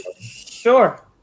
Sure